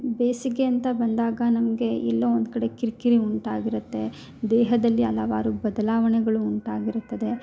ಬೇಸಿಗೆ ಅಂತ ಬಂದಾಗ ನಮಗೆ ಎಲ್ಲೋ ಒಂದು ಕಡೆ ಕಿರಿಕಿರಿ ಉಂಟಾಗಿರುತ್ತೆ ದೇಹದಲ್ಲಿ ಹಲವಾರು ಬದಲಾವಣೆಗಳು ಉಂಟಾಗಿರುತ್ತದೆ